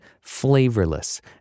flavorless